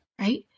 right